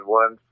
one